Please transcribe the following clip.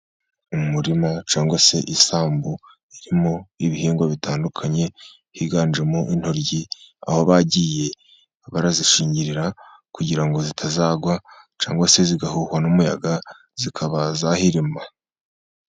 Umurima cyangwa se isambu irimo ibihingwa bitandukanye higanjemo intoryi, aho bagiye bazishingirira kugira ngo zitazagwa, cyangwa se zigahuhwa n'umuyaga, zikaba zahirima.